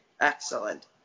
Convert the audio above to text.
excellent